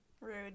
Rude